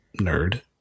nerd